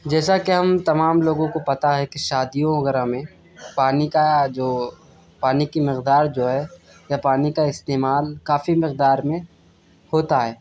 جیسا کہ ہم تمام لوگوں کو پتا ہے کہ شادیوں وغیرہ میں پانی كا جو پانی کی مقدار جو ہے یا پانی کا استعمال کافی مقدار میں ہوتا ہے